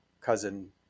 cousin